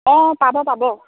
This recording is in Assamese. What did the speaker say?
অঁ পাব পাব